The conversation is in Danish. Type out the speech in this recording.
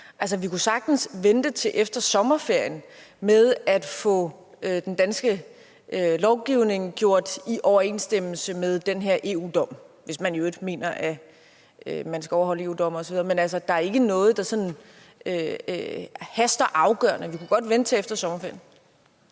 Altså, vi kunne sagtens vente til efter sommerferien med at få den danske lovgivning bragt i overensstemmelse med den her EU-dom, hvis man i øvrigt mener, at man skal overholde EU-domme osv. Der er ikke noget, der sådan haster afgørende. Vi kunne godt vente til efter sommerferien.